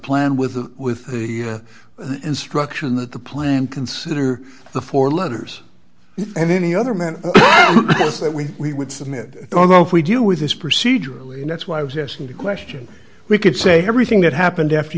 plan with the with the instruction that the plan consider the four letters and any other men that we would submit although if we do with this procedurally and that's why i was asking the question we could say everything that happened after